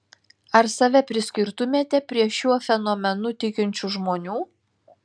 ar save priskirtumėte prie šiuo fenomenu tikinčių žmonių